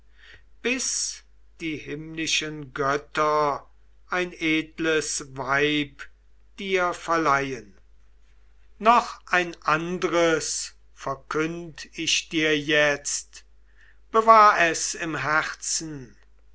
bis die himmlischen götter ein edles weib dir verleihen noch ein andres verkünd ich dir jetzt bewahr es im herzen